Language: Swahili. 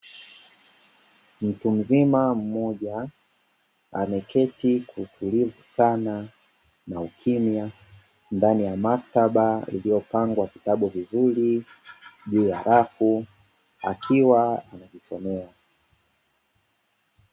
Mtu mzima mmoja ameketi kwa utulivu sana na ukimya ndani ya maktaba iliyopangwa vitabu vizuri juu ya rafu akiwa anajisomea.